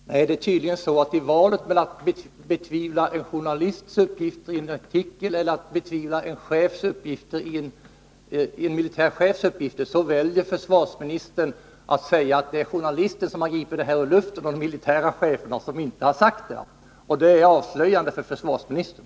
Fru talman! Det är tydligen så att i valet mellan att betvivla en journalists uppgifter i en artikel och att betvivla en militär chefs uppgifter väljer försvarsministern att säga, att journalisten har gripit sina uppgifter ur luften och att den militära chefen inte har uttalat sig på det sättet. Det är avslöjande för försvarsministern.